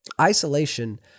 isolation